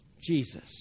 Jesus